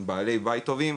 עם בעלי בית טובים?